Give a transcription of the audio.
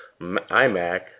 iMac